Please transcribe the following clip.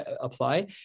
apply